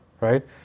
right